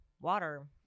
water